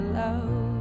love